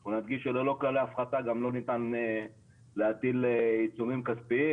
אנחנו נדגיש שללא כללי ההפחתה גם לא ניתן להטיל עיצומים כספיים